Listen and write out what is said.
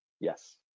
Yes